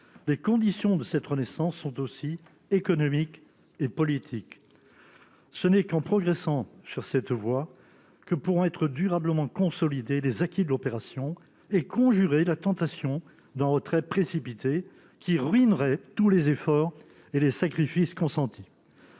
Les conditions de cette renaissance sont par ailleurs économiques et politiques. Ce n'est qu'en progressant sur cette voie que l'on pourra durablement consolider les acquis de l'opération et conjurer la tentation d'un retrait précipité, qui ruinerait tous les efforts et les sacrifices consentis.